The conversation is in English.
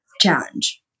challenge